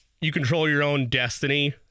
you-control-your-own-destiny